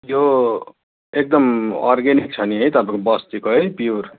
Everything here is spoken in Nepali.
त्यो एकदम अर्ग्यानिक छ नि है तपाईँको बस्तीको है प्योर